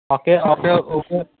ওকে okay ওকে